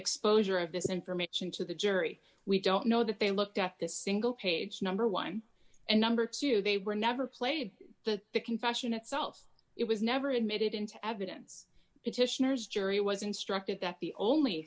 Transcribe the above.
exposure of this information to the jury we don't know that they looked at this single page number one and number two they were never played the confession itself it was never admitted into evidence petitioners jury was instructed that the only